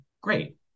great